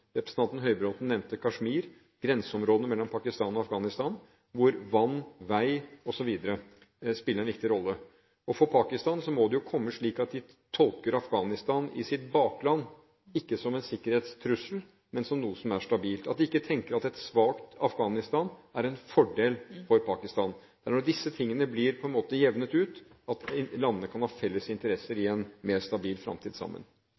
Representanten Høybråten nevnte Kashmir, grenseområdet mellom Pakistan og Afghanistan, hvor vann, vei osv. spiller en viktig rolle. For Pakistan må det bli slik at de tolker Afghanistan i sitt bakland, ikke som en sikkerhetstrussel, men som noe som er stabilt, at de ikke tenker at et svakt Afghanistan er en fordel for Pakistan. Det er når disse tingene på en måte blir jevnet ut, at landene kan ha felles interesser